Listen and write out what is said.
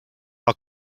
are